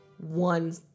one